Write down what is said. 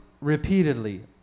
repeatedly